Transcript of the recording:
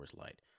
Light